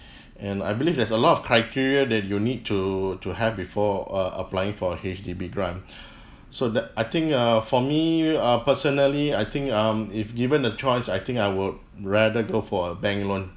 and I believe there's a lot of criteria that you need to to have before uh applying for a H_D_B grant so that I think uh for me uh personally I think um if given a choice I think I would rather go for a bank loan